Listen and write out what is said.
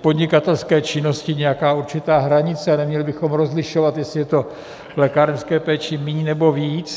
podnikatelské činnosti nějaká určitá hranice, a neměli bychom rozlišovat, jestli je to v lékárenské péči míň, nebo víc.